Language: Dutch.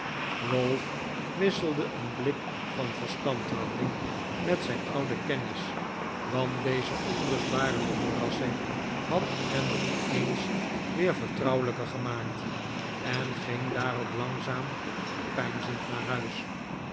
ralph wisselde een blik van verstandhouding met zijn ouden kennis want deze onrustbarende verrassing had hen opeens weer vertrouwelijker gemaakt en ging daarop langzaam en peinzend naar huis